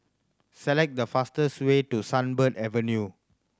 select the fastest way to Sunbird Avenue